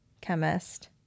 chemist